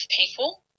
people